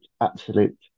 absolute